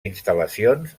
instal·lacions